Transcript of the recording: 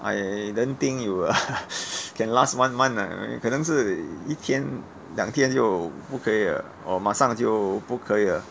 I don't think it will can last one month ah 可能是一天两天就不可以了 or 马上就不可以了